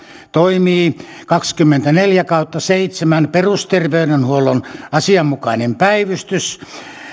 toimii kaksikymmentäneljä kautta seitsemän perusterveydenhuollon asianmukainen päivystys